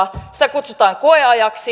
sitä kutsutaan koeajaksi